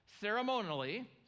ceremonially